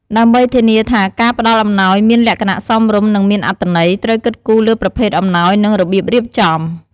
ដើម្បីធានាថាការផ្តល់អំណោយមានលក្ខណៈសមរម្យ និងមានអត្ថន័យ ត្រូវគិតគូរលើប្រភេទអំណោយ និងរបៀបរៀបចំ។